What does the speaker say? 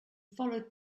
followed